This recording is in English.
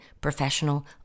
professional